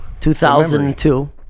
2002